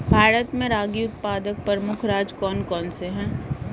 भारत में रागी उत्पादक प्रमुख राज्य कौन कौन से हैं?